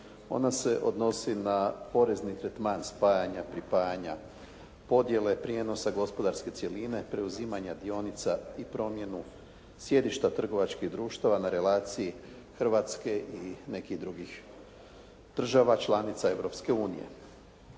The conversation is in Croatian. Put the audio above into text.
ona se odnose na porezni tretman spajanja, pripajanja podijele, prijenosa gospodarske cjeline, preuzimanja dionica i promjenu sjedišta trgovačkih društava na relaciji Hrvatske i nekih drugih država članica